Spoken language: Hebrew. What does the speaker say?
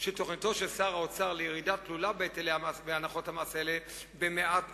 תוכניתו של שר האוצר לירידה תלולה בהנחות המס האלה נבלמה